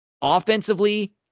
Offensively